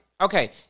okay